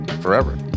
forever